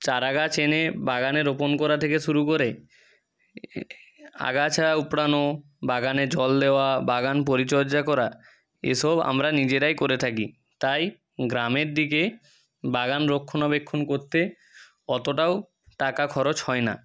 চারা গাছ এনে বাগানে রোপণ করা থেকে শুরু করে আগাছা উপড়ানো বাগানে জল দেওয়া বাগান পরিচর্যা করা এসব আমরা নিজেরাই করে থাকি তাই গ্রামের দিকে বাগান রক্ষণাবেক্ষণ করতে অতটাও টাকা খরচ হয় না